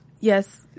Yes